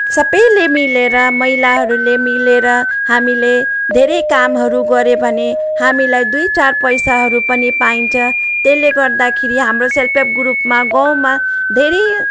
सबैले मिलेर महिलाहरूले मिलेर हामीले धेरै कामहरू गरे भने हामीलाई दुई चार पैसाहरू पनि पाइन्छ त्यसले गर्दाखेरि हाम्रो सेल्पहेल्प ग्रुपमा गाउँमा धेरै